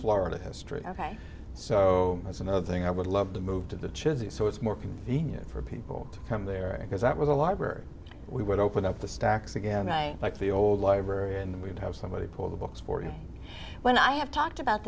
florida history ok so that's another thing i would love to move to the chair the so it's more convenient for people to come there because that was a library we would open up the stacks again i like the old library and we'd have somebody pull the books for you when i have talked about